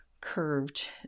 curved